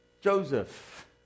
Joseph